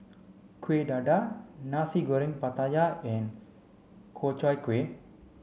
Kuih Dadar Nasi Goreng Pattaya and Ku Chai Kueh